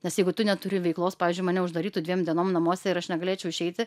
nes jeigu tu neturi veiklos pavyzdžiui mane uždarytų dviem dienom namuose ir aš negalėčiau išeiti